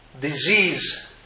disease